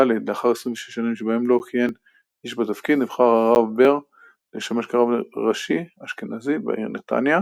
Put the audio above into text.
בהמשך למד בכולל בישיבה ונסמך לרבנות עיר.